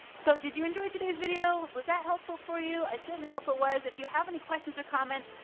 so did you enjoy today's video? was that helpful for you? i certainly hope it was. if you have any questions or comments,